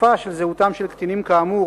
חשיפה של זהותם של קטינים כאמור,